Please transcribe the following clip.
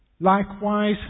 Likewise